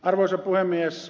arvoisa puhemies